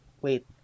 Wait